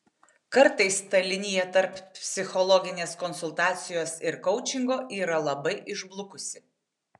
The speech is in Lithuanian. kartais ta linija tarp psichologinės konsultacijos ir koučingo yra labai išblukusi